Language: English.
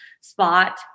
spot